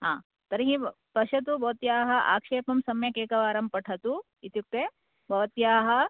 हा तर्हि पश्यतु भवत्याः आक्षेपं सम्यक् एकवारं पठतु इत्युक्ते भवत्याः